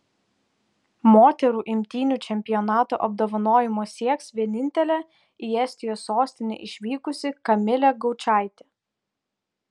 moterų imtynių čempionato apdovanojimo sieks vienintelė į estijos sostinę išvykusi kamilė gaučaitė